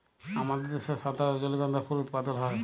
আমাদের দ্যাশে সাদা রজলিগন্ধা ফুল উৎপাদল হ্যয়